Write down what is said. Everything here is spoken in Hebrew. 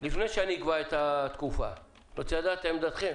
לפני שאקבע את התקופה אני רוצה לדעת את עמדתכם.